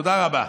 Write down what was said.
תודה רבה.